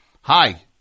hi